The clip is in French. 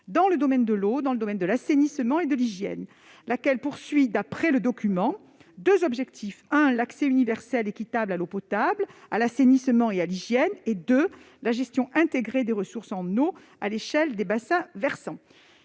dans le domaine de l'eau, de l'assainissement et de l'hygiène. Cette action poursuit, d'après le document, deux objectifs : l'accès universel et équitable à l'eau potable, à l'assainissement et à l'hygiène, et la gestion intégrée des ressources en eau à l'échelle des bassins versants.